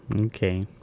Okay